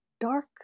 dark